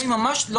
ממש לא מזמן.